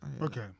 Okay